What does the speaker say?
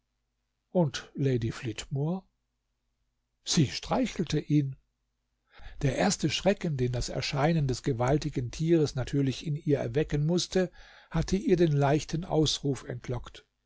und lady flitmore sie streichelte ihn der erste schrecken den das erscheinen des gewaltigen tieres natürlich in ihr erwecken mußte hatte ihr den leichten ausruf entlockt